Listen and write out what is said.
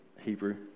Hebrew